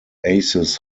aces